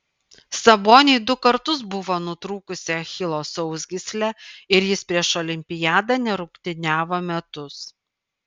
saboniui du kartus buvo nutrūkusi achilo sausgyslė ir jis prieš olimpiadą nerungtyniavo metus